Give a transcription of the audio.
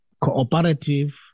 cooperative